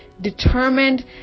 determined